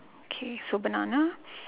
okay so banana